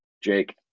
jake